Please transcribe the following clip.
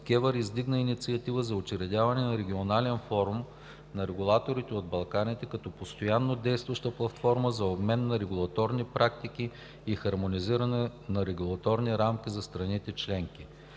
КЕВР издигна инициатива за учредяване на Регионален форум на регулаторите от Балканите като постоянно действаща платформа за обмен на регулаторни практики и хармонизиране на регулаторните рамки за страните членки.